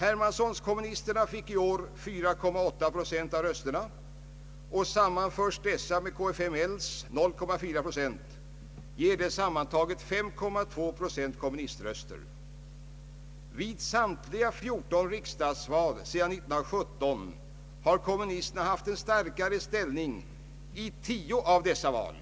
Hermanssonkommunisterna fick i år 4,8 procent av rösterna, och sammanförs dessa med KFML:s 0,4 procent blir det 5,2 procent kommuniströster. Kommunisterna har haft en starkare ställning i 10 av de 14 riksdagsvalen sedan 1917.